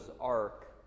ark